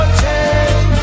change